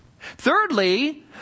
Thirdly